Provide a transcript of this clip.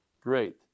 Great